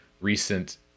recent